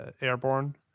airborne